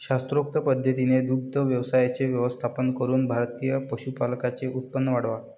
शास्त्रोक्त पद्धतीने दुग्ध व्यवसायाचे व्यवस्थापन करून भारतीय पशुपालकांचे उत्पन्न वाढवा